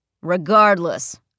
Regardless